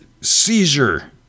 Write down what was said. seizure